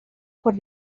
por